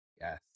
yes